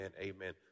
Amen